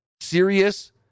Serious